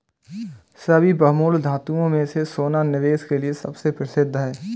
सभी बहुमूल्य धातुओं में से सोना निवेश के लिए सबसे प्रसिद्ध है